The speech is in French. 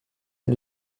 est